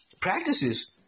practices